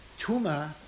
tuma